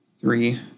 Three